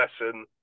lesson